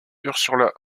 ursula